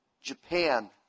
Japan